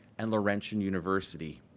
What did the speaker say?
and laurentian university.